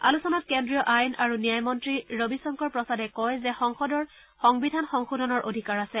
আলোচনাত কেন্দ্ৰীয় আইন আৰু ন্যায় মন্ত্ৰী ৰবি শংকৰ প্ৰসাদে কয় যে সংসদৰ সংবিধান সংশোধনৰ অধিকাৰ আছে